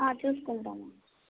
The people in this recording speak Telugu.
చూసుకుంటాం అండి